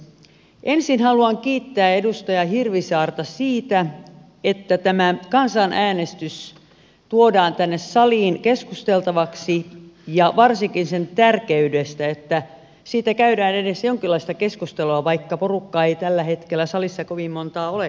ensin haluan kiittää edustaja hirvisaarta siitä että tämä kansanäänestys tuodaan tänne saliin keskusteltavaksi ja varsinkin huomauttaa sen tärkeydestä että siitä käydään edes jonkinlaista keskustelua vaikka porukkaa ei tällä hetkellä salissa kovin monta olekaan